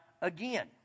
again